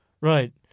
Right